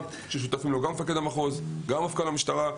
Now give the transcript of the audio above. ששותפים להן מפקד המחוז ומפכ"ל המשטרה.